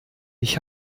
ich